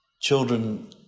children